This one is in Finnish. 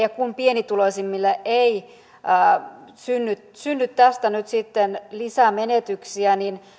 ja kun pienituloisimmille ei synny tästä nyt lisämenetyksiä niin